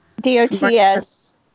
D-O-T-S